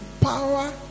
power